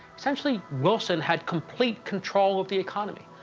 essentially, wilson had complete control of the economy.